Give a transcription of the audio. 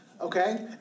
Okay